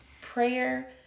prayer